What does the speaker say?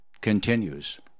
continues